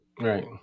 right